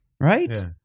Right